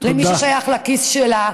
למי ששייך לכיס שלה.